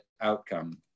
outcome